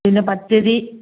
പിന്നെ പച്ചരി